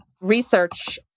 research